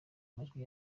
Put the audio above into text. majwi